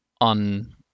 on